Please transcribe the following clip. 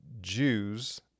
Jews